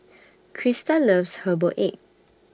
Christa loves Herbal Egg